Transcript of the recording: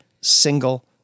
single